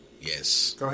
yes